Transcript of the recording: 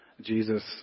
Jesus